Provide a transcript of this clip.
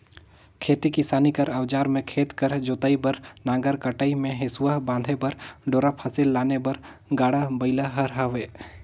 खेती किसानी कर अउजार मे खेत कर जोतई बर नांगर, कटई मे हेसुवा, बांधे बर डोरा, फसिल लाने बर गाड़ा बइला हर हवे